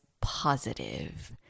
positive